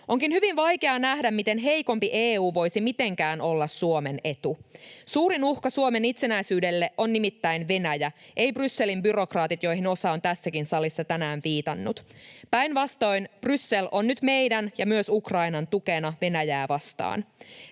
Onkin hyvin vaikeaa nähdä, miten heikompi EU voisi mitenkään olla Suomen etu. Suurin uhka Suomen itsenäisyydelle on nimittäin Venäjä, ei Brysselin byrokraatit, joihin osa on tässäkin salissa tänään viitannut. Päinvastoin, Bryssel on nyt meidän ja myös Ukrainan tukena Venäjää vastaan.